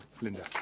Linda